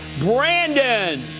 Brandon